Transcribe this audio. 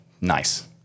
nice